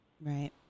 Right